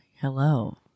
hello